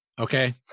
okay